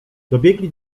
dobiegli